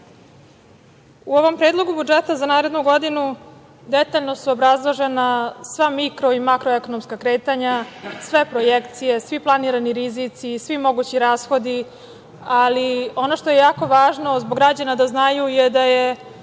U ovom Predlogu budžeta za narednu godinu detaljno su obrazložena sva mikro i makroekonomska kretanja, sve projekcije, svi planirani rizici, svi mogući rashodi, ali ono što je jako važno zbog građana da znaju je da je